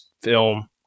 film